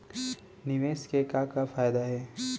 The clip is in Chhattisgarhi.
निवेश के का का फयादा हे?